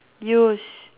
views